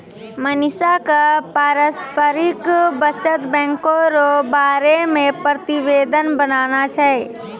मनीषा क पारस्परिक बचत बैंको र बारे मे प्रतिवेदन बनाना छै